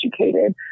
educated